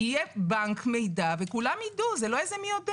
יהיה בנק מידע וכולם ידעו, זה לא מי יודע מה.